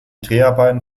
dreharbeiten